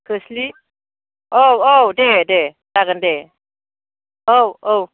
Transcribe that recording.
खोस्लि औ औ दे दे जागोन दे औ औ